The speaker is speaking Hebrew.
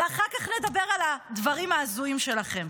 ואחר כך נדבר על הדברים ההזויים שלכם.